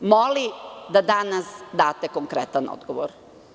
Moli da danas date konkretan odgovor.